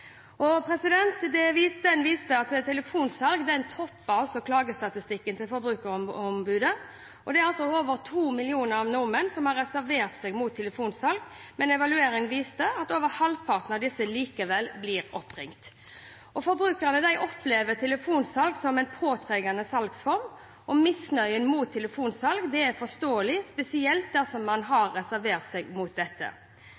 viste at telefonsalg topper klagestatistikken til Forbrukerombudet. Over to millioner nordmenn har reservert seg mot telefonsalg, men evalueringen viste at over halvparten av disse likevel blir oppringt. Forbrukerne opplever telefonsalg som en påtrengende salgsform. Misnøyen mot telefonsalg er forståelig, spesielt dersom man